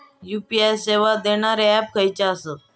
UPI सेवा देणारे app खयचे आसत?